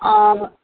अँ